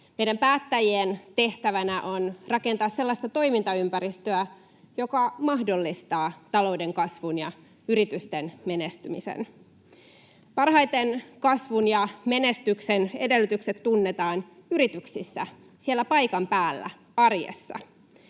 Meidän päättäjien tehtävänä on rakentaa sellaista toimintaympäristöä, joka mahdollistaa talouden kasvun ja yritysten menestymisen. Parhaiten kasvun ja menestyksen edellytykset tunnetaan yrityksissä, siellä paikan päällä, arjessa.